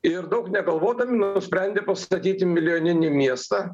ir daug negalvodami nusprendė pastatyti milijoninį miestą